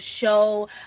show